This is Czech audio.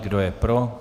Kdo je pro?